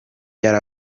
yari